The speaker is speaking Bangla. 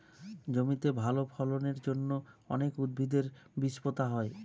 জমিতে ভালো ফলনের জন্য অনেক উদ্ভিদের বীজ পোতা হয়